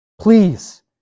Please